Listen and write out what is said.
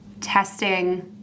testing